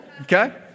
Okay